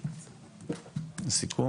לסיכום.